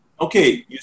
okay